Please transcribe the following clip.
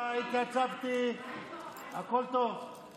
על הקלוריות, לא על המיסים, אתה לא תתערב לאזרח.